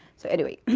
so anyway,